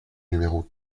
numéro